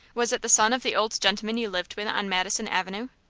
was it the son of the old gentleman you lived with on madison avenue?